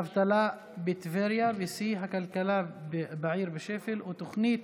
האבטלה בטבריה בשיא, הכלכלה בעיר בשפל ותוכנית